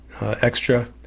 extra